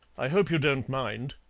i hope you don't mind.